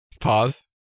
Pause